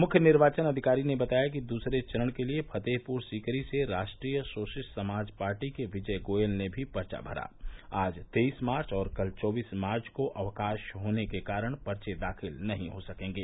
मुख्य निर्वाचन अधिकारी ने बताया कि दूसरे चरण के लिए फतेहपुर सीकरी से राष्ट्रीय शोषित समाज पार्टी के विजय गोयल ने भी पर्चा भराआज तेईस मार्च और कल चौदीस मार्च को अवकाश होने के कारण पर्चे दाखिल नहीं हो सकेंगे